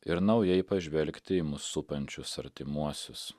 ir naujai pažvelgti į mus supančius artimuosius